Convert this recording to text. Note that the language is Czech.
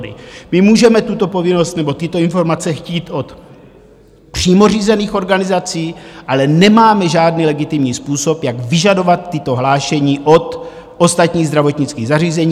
My můžeme tuto povinnost nebo tyto informace chtít od přímo řízených organizací, ale nemáme žádný legitimní způsob, jak vyžadovat tato hlášení od ostatních zdravotnických zařízení.